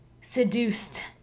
seduced